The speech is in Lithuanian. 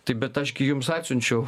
taip bet aš gi jums atsiunčiau